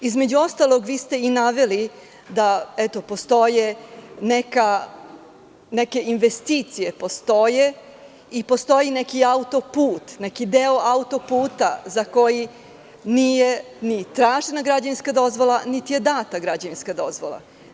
Između ostalog, vi ste i naveli da postoje neke investicije i postoji neki autoput, neki deo autoputa za koji nije ni tražena građevinska dozvola, niti je data građevinska dozvola.